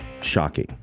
shocking